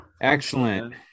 excellent